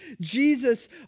Jesus